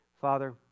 Father